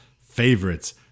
favorites